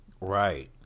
Right